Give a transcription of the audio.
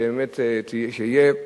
שבאמת יהיה,